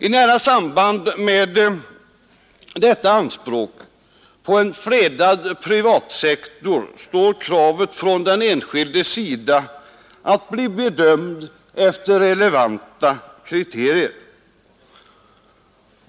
I nära samband med detta anspråk på en fredad privatsektor står kravet från den enskilde att bli bedömd efter relevanta kriterier.